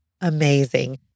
Amazing